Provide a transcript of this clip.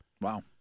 Wow